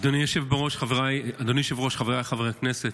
אדוני היושב-ראש, חבריי חברי הכנסת,